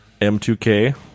M2K